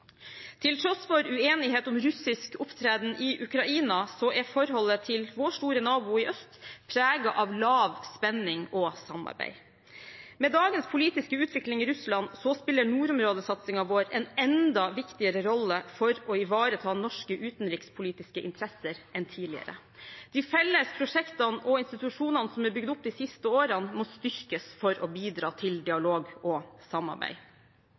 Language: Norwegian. Til tross for uenighet om russisk opptreden i Ukraina, er forholdet til vår store nabo i øst preget av lav spenning og samarbeid. Med dagens politiske utvikling i Russland spiller nordområdesatsingen vår en enda viktigere rolle for å ivareta norske utenrikspolitiske interesser enn tidligere. De felles prosjektene og institusjonene som er bygd opp de siste årene, må styrkes for å bidra til dialog og samarbeid.